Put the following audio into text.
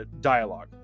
dialogue